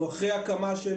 אנחנו אחרי הקמה של